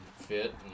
fit